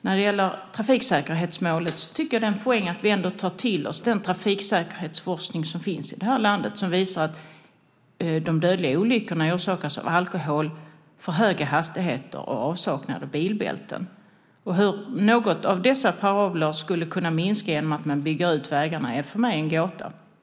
När det gäller trafiksäkerhetsmålet tycker jag att det är en poäng att vi ändå tar till oss den trafiksäkerhetsforskning som finns i landet och som visar att de dödliga olyckorna orsakas av alkohol, för höga hastigheter och avsaknad av bilbälten. Hur någon av dessa parabler skulle kunna minska genom att man bygger ut vägarna är för mig en gåta.